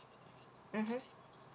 mmhmm